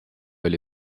oli